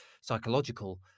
psychological